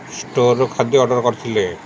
ଷ୍ଟୋର୍ରୁ ଖାଦ୍ୟ ଅର୍ଡ଼ର୍ କରିଥିଲେ